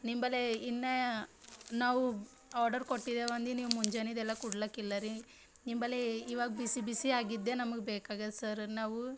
ನಿಂಬಲ್ಲಿ ಇನ್ನು ನಾವು ಆರ್ಡರ್ ಕೊಟ್ಟಿದ್ದೇವೆ ಅಂದು ನೀವು ಮುಂಜಾನೆದೆಲ್ಲ ಕೊಡ್ಲಿಕ್ಕಿಲ್ಲರಿ ನಿಂಬಲ್ಲಿ ಇವಾಗ ಬಿಸಿ ಬಿಸಿ ಆಗಿದ್ದೇ ನಮಗೆ ಬೇಕಾಗ್ಯದೆ ಸರ್ ನಾವು